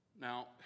Now